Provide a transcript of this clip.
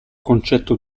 concetto